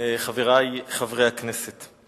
חברי חברי הכנסת,